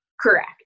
Correct